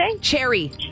Cherry